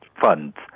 funds